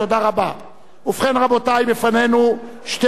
ובכן, רבותי, בפנינו שתי הצעות אי-אמון.